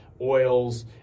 oils